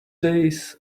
days